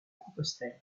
compostelle